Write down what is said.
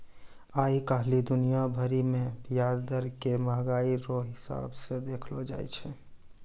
आइ काल्हि दुनिया भरि मे ब्याज दर के मंहगाइ रो हिसाब से देखलो जाय छै